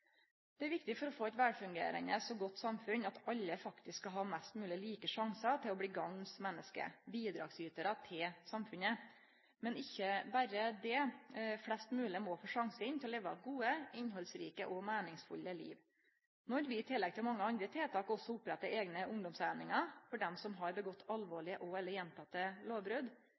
Det er viktig for å få eit velfungerande og godt samfunn at alle faktisk skal ha mest mogleg like sjansar til å bli gagns menneske – bidragsytarar til samfunnet, men ikkje berre det; flest mogleg må få sjansen til å leve gode, innhaldsrike og meiningsfulle liv. Når vi i tillegg til mange andre tiltak også opprettar eigne ungdomseiningar for dei som har begått alvorlege